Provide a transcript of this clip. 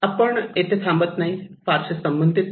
आपण पण येथे थांबत नाही फारसे संबंधित नाही